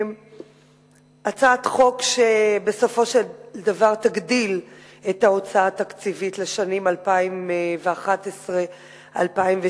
הצעת חוק שבסופו של דבר תגדיל את ההוצאה התקציבית לשנים 2011 2012,